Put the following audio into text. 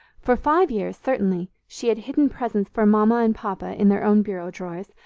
for five years, certainly, she had hidden presents for mama and papa in their own bureau drawers,